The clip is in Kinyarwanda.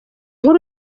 nkuru